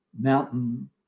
mountain